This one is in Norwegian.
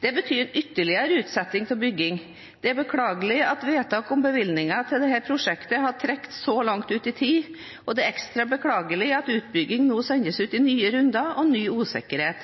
Det betyr en ytterligere utsettelse av byggingen. Det er beklagelig at vedtak om bevilgninger til dette prosjektet har trukket så langt ut i tid, og det er ekstra beklagelig at utbygging nå sendes ut i nye runder og ny usikkerhet.